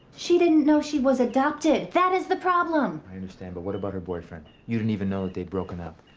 she didn't know she was adopted. that is the problem! i understand. but what about her boyfriend? you didn't even know that they'd broken up.